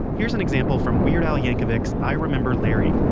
here's an example from weird al yankovic's i remember larry.